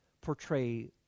portray